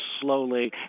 slowly